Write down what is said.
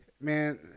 man